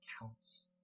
counts